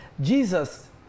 Jesus